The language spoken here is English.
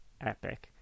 epic